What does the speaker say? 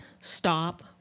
stop